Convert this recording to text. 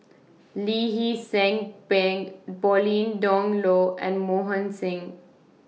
Lee Hee Seng Pauline Dawn Loh and Mohan Singh